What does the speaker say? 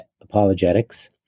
apologetics